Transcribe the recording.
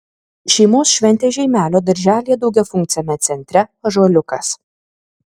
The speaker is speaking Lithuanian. šeimos šventė žeimelio darželyje daugiafunkciame centre ąžuoliukas